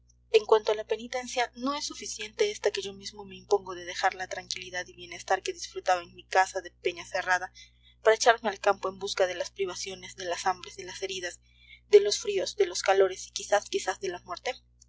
en cuanto a la penitencia no es suficiente esta que yo mismo me impongo de dejar la tranquilidad y bienestar que disfrutaba en mi casa de peñacerrada para echarme al campo en busca de las privaciones de las hambres de las heridas de los fríos de los calores y quizás quizás de la muerte